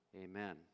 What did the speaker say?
Amen